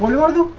you are the